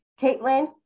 Caitlin